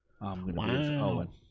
Wow